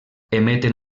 emeten